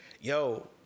yo